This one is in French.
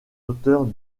auteurs